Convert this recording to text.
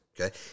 okay